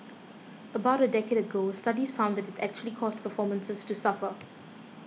about a decade ago studies found that it actually caused performances to suffer